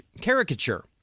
caricature